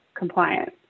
compliance